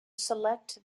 select